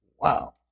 wow